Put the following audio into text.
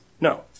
No